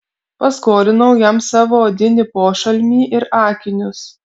paskolinau jam savo odinį pošalmį ir akinius